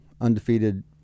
undefeated